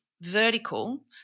vertical